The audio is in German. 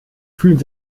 fühlen